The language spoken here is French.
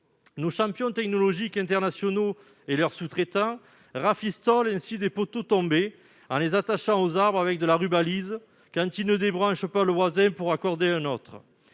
Nos champions technologiques internationaux et leurs sous-traitants ne font plus que rafistoler des poteaux tombés, en les attachant aux arbres avec de la rubalise, quand ils ne débranchent pas le voisin pour raccorder un autre.